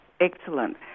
excellent